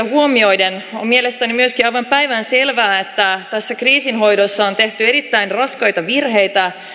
huomioiden on mielestäni myöskin aivan päivänselvää että tässä kriisin hoidossa on tehty erittäin raskaita virheitä